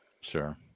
Sure